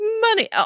money